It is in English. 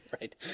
right